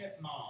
mom